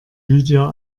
lydia